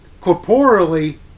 corporeally